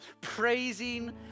praising